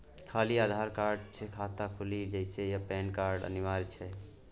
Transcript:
खाली आधार कार्ड स खाता खुईल जेतै या पेन कार्ड अनिवार्य छै?